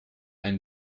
ein